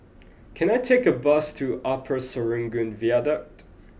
can I take a bus to Upper Serangoon Viaduct